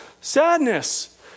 Sadness